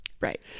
Right